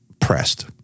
pressed